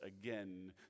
again